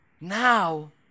Now